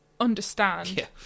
understand